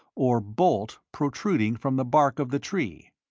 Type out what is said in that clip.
or bolt, protruding from the bark of the tree.